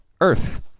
Earth